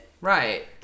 Right